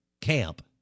camp